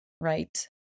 right